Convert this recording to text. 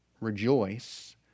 Rejoice